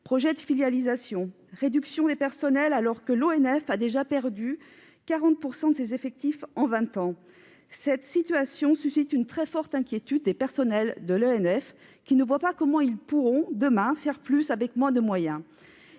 citer la réduction envisagée du personnel, alors que l'ONF a déjà perdu 40 % de ses effectifs en vingt ans ; cette situation suscite une très forte inquiétude des personnels de cet office, qui ne voient pas comment ils pourront, demain, faire plus avec moins de moyens.